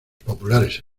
populares